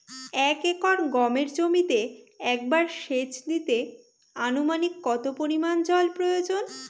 এক একর গমের জমিতে একবার শেচ দিতে অনুমানিক কত পরিমান জল প্রয়োজন?